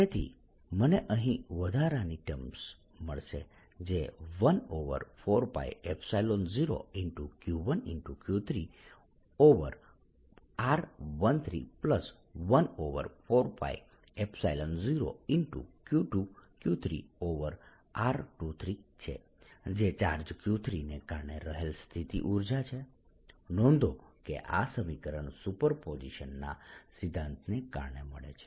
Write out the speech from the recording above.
તેથી મને અહીં વધારાની ટર્મ્સ મળશે જે 14π0Q1Q3r1314π0Q2Q3r23છે જે ચાર્જ Q3 ને કારણે રહેલ સ્થિતિ ઊર્જા છે નોંધો કે આ સમીકરણ સુપર પોઝિશનના સિદ્ધાંતને કારણે મળે છે